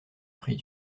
prie